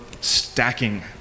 stacking